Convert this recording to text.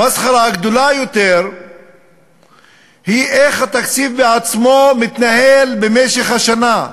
המסחרה הגדולה יותר היא איך התקציב עצמו מתנהל במשך השנה.